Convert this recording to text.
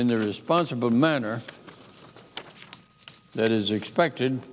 in the responsible manner that is expected